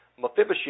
Mephibosheth